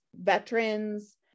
veterans